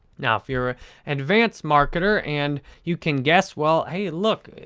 now, if you're an advanced marketer and you can guess, well, hey, look,